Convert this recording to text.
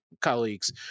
colleagues